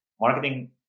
marketing